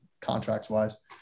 contracts-wise